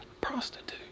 prostitute